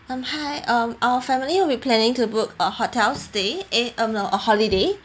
um hi um our family will be planning to book a hotel stay eh um a holiday